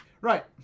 Right